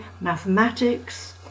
mathematics